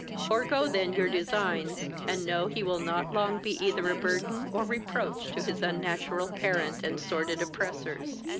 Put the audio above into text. forego then your designs, and know he will not long be either a burthen or reproach to his unnatural parent and sordid oppressors.